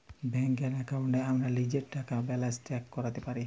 ব্যাংকের এক্কাউন্টে আমরা লীজের টাকা বা ব্যালান্স চ্যাক ক্যরতে পারি